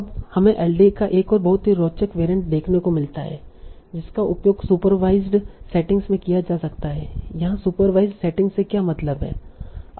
अब हमें एलडीए का एक और बहुत ही रोचक वैरिएंट देखने को मिलता है जिसका उपयोग सुपरवाईसड सेटिंग में किया जा सकता है यहाँ सुपरवाईसड सेटिंग से क्या मतलब है